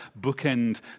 bookend